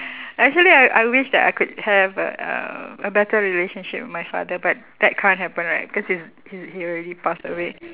actually I I wish that I could have a uh a better relationship with my father but that can't happen right cause he's he's he already pass away